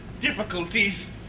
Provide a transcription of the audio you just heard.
difficulties